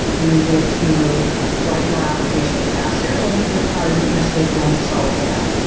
is it to write more applications faster? well, moving to the cloud isn't necessarily going to solve for that.